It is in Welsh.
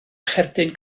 cherdyn